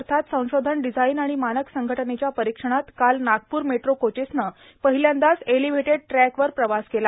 अर्थात संशोधन डिझाइन आणि मानक संघटनेच्या परीक्षणात काल नागपूर मेट्रो कोचेसने पहिल्यांदाच एलिव्हेटेड ट्रॅक वर प्रवास केला